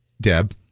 Deb